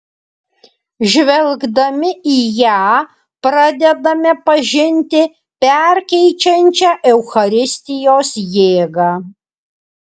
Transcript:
žvelgdami į ją pradedame pažinti perkeičiančią eucharistijos jėgą